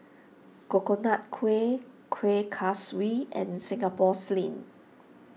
Coconut Kuih Kuih Kaswi and Singapore Sling